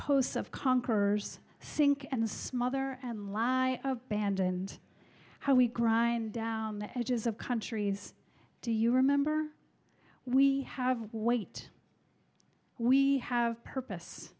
outposts of conquers sink and smother and lie abandoned how we grind down the edges of countries do you remember we have weight we have purpose